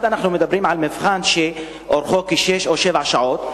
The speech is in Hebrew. אנחנו מדברים במיוחד על מבחן שאורכו כחמש או שש שעות,